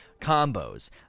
combos